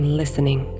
listening